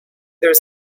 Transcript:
there